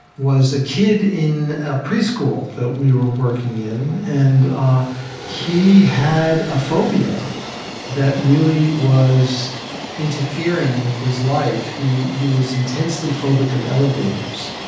was a kid in a preschool that we were working in. and ah he had a phobia that really was interfering with his life. he he was intensely phobic of elevators.